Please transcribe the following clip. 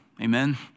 Amen